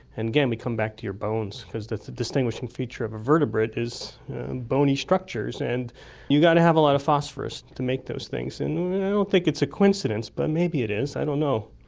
and, again, we come back to your bones because the distinguishing feature of a vertebrate is bony structures, and you've got to have a lot of phosphorous to make those things. i don't think it's a coincidence, but maybe it is, i don't know.